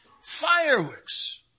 fireworks